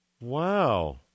Wow